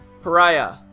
Pariah